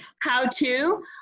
how-to